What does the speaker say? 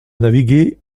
naviguer